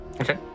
Okay